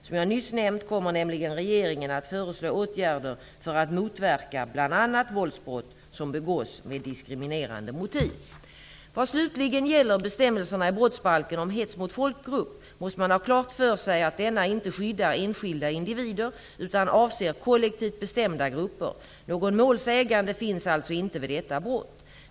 Som jag nyss nämnt kommer nämligen regeringen att föreslå åtgärder för att motverka bl.a. våldsbrott som begås med diskriminerande motiv. Vad slutligen gäller bestämmelsen i brottsbalken om hets mot folkgrupp måste man ha klart för sig att denna inte skyddar enskilda individer utan avser kollektivt bestämda grupper. Någon målsägande finns alltså inte vid detta brott.